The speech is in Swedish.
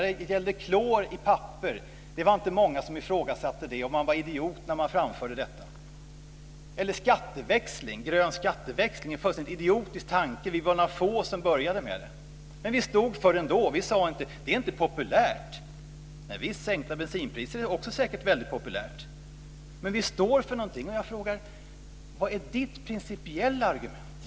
Det var inte många som ifrågasatte klor i papper. Man var en idiot som framförde detta. Grön skatteväxling sågs som en fullständigt idiotisk tanke. Vi var några få som började med det, men vi stod för det ändå. Vi sade inte att det inte var populärt. Sänkta bensinpriser är säkert också väldigt populärt. Vi står för någonting. Jag frågar: Vad är Helena Bargholtz principiella argument?